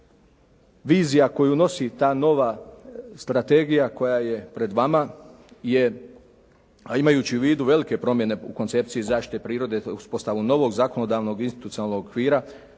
vizija koju nosi ta nova strategija koja je pred vama je a imajući u vidu velike promjene u koncepciji zaštite prirode uspostavu novog zakonodavnog institucionalnog okvira